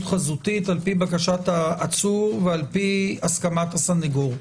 חזותית לפי בקשת העצור ולפי הסכמת הסנגור.